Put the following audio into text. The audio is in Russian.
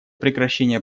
прекращение